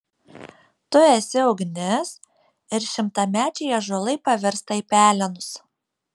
tu esi ugnis ir šimtamečiai ąžuolai pavirsta į pelenus